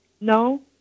No